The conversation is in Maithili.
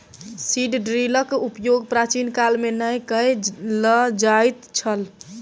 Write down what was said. सीड ड्रीलक उपयोग प्राचीन काल मे नै कय ल जाइत छल